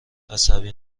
عصبی